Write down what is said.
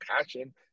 passion